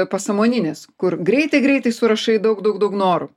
pasąmoninės kur greitai greitai surašai daug daug daug norų